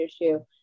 issue